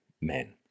men